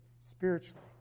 spiritually